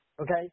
Okay